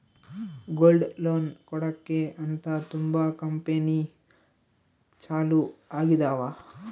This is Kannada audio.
ಗೋಲ್ಡ್ ಲೋನ್ ಕೊಡಕ್ಕೆ ಅಂತ ತುಂಬಾ ಕಂಪೆನಿ ಚಾಲೂ ಆಗಿದಾವ